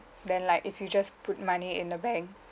then like if you just put money in the bank